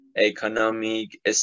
economic